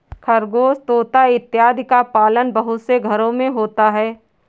खरगोश तोता इत्यादि का पालन बहुत से घरों में होता है